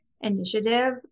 initiative